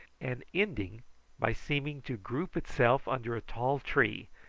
and ending by seeming to group itself under a tall tree,